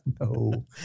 no